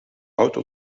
auto